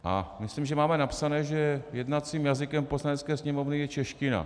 A myslím, že máme napsané, že jednacím jazykem Poslanecké sněmovny je čeština.